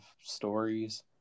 stories